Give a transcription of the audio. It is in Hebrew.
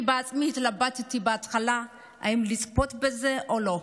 אני בעצמי התלבטתי בהתחלה אם לצפות בזה או לא.